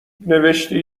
نوشتی